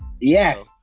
Yes